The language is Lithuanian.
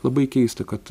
labai keista kad